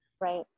Right